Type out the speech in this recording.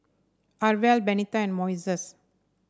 Arvel Bernetta and Moises